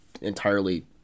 entirely